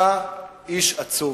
אתה איש עצוב.